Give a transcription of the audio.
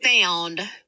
found